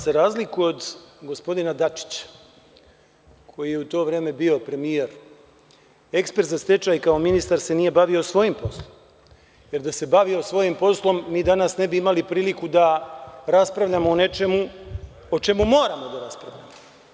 Za razliku od gospodina Dačića, koji je u to vreme bio premijer, ekspert za stečaj kao ministar se nije bavio svojim poslom, jer da se bavio svojim poslom, mi danas ne bi imali priliku da raspravljamo o nečemu o čemu moramo da raspravljamo.